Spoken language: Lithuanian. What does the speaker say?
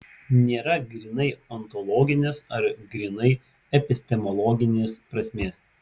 nėra grynai ontologinės ar grynai epistemologinės prasmės